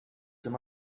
some